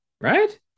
right